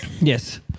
Yes